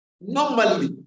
normally